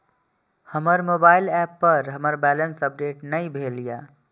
हमर mobile app पर हमर बैलेंस अपडेट ने भेल या